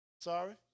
Sorry